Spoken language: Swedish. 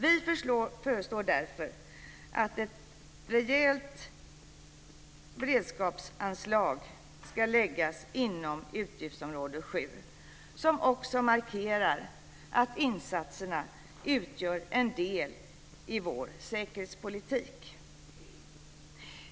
Vi föreslår därför att ett rejält beredskapsanslag ska läggas inom utgiftsområde 7 som också markerar att insatserna utgör en del i vår säkerhetspolitik.